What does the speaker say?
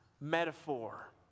metaphor